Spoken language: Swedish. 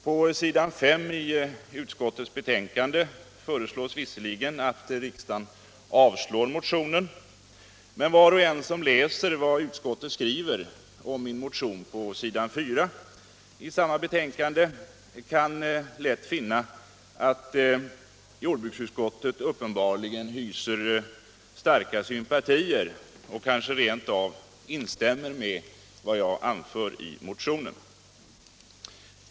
På s. 5 i utskottets betänkande föreslås visserligen att riksdagen avslår motionen, men var och en som på s. 4 i samma betänkande läser vad utskottet skriver om min motion kan lätt finna att utskottet uppenbarligen hyser starka sympatier för motionen och kanske rent av instämmer i vad jag anför i motionen.